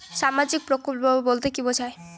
সামাজিক প্রকল্প বলতে কি বোঝায়?